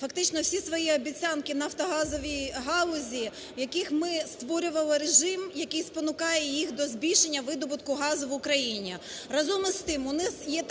фактично всі своїх обіцянки в нафтогазовій галузі, в якій ми створювали режим, який спонукає їх до збільшення видобутку газу в Україні.